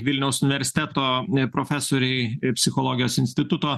vilniaus universiteto profesorei i psichologijos instituto